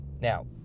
Now